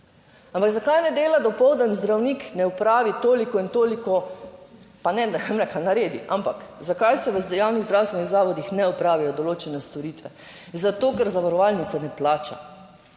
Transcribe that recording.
Ampak zakaj ne dela dopoldne, zdravnik ne opravi toliko in toliko pa ne, da ne bom rekla naredi, ampak zakaj se v javnih zdravstvenih zavodih ne opravijo določene storitve? Zato, ker zavarovalnica ne plača.